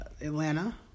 Atlanta